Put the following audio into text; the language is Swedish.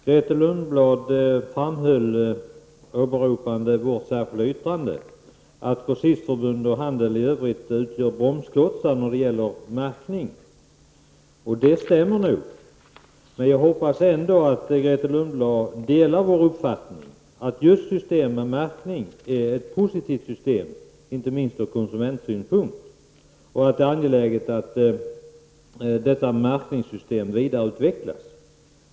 Herr talman! Åberopande vårt särskilda yttrande framhöll Grethe Lundblad att grossistförbund och handeln i övrigt utgör bromsklossar när det gäller märkning. Det stämmer nog, men jag hoppas ändå att Grethe Lundblad delar vår uppfattning att just systemet med märkning är ett bra system, inte minst från konsumentsynpunkt, och att det är angeläget att detta märkningssystem vidareutvecklas.